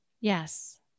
Yes